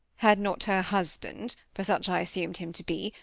had not her husband, for such i assumed him to be,